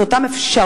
את אותן אפשרויות